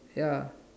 ya